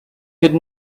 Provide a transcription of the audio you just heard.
could